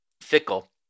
fickle